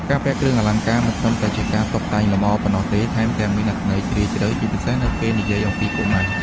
ការពាក់គ្រឿងអលង្ការមិនត្រឹមតែជាការតុបតែងលម្អប៉ុណ្ណោះទេ ថែមទាំងមានអត្ថន័យជ្រាលជ្រៅ ជាពិសេសនៅពេលនិយាយអំពីកុមារ។